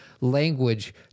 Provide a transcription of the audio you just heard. language